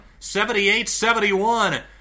78-71